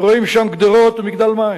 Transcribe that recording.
גדרות ומגדל מים.